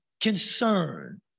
concern